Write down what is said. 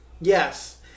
Yes